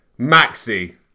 Maxi